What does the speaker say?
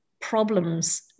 problems